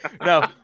No